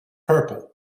purple